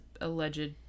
alleged